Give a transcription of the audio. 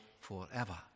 forever